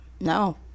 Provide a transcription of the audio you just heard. No